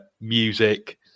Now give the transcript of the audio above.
music